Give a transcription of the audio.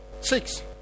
six